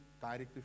directly